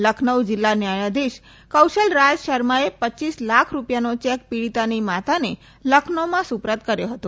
લખનૌ જિલ્લા ન્યાયાધીશ કૌશલ રાજ શર્માએ રપ લાખ રૂપિયાનો ચેક પીડિતાની માતાને લખનૌમાં સુપરત કર્યો હતો